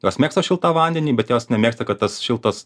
jos mėgsta šiltą vandenį bet jos nemėgsta kad tas šiltas